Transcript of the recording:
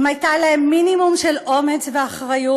אם היו להם מינימום של אומץ ואחריות,